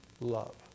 love